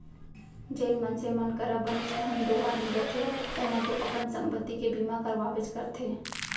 जेन मनसे मन करा बनेच धन दो गानी रथे ओमन तो अपन संपत्ति के बीमा करवाबेच करथे